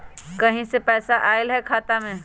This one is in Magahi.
कहीं से पैसा आएल हैं खाता में?